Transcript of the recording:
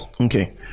Okay